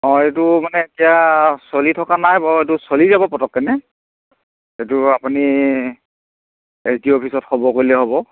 অঁ এইটো মানে এতিয়া চলি থকা নাই বাৰু এইটো চলি যাব পটককৈ নে এইটো আপুনি এছ ডি অ' অফিচত খবৰ কৰিলে হ'ব